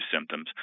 symptoms